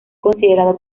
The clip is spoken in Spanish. considerado